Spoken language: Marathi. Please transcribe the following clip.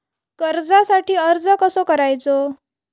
कर्जासाठी अर्ज कसो करायचो?